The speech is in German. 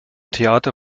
theater